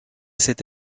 cette